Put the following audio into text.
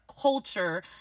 Culture